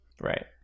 right